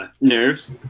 nerves